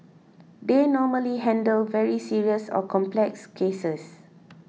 they normally handle very serious or complex cases